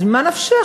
אז ממה נפשך?